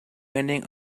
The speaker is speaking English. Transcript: landing